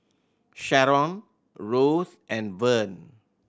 Sheron Rose and Vern